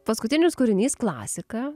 paskutinis kūrinys klasika